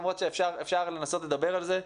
למרות שאפשר לנסות לדבר על זה,